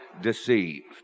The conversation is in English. deceived